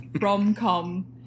rom-com